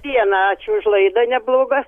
diena ačiū už laidą neblogą